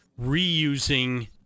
reusing